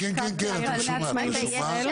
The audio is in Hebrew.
לשכת העצמאים בישראל.